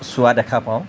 চোৱা দেখা পাওঁ